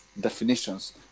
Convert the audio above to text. definitions